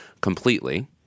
completely